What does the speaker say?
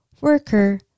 worker